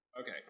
Okay